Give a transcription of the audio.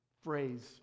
phrase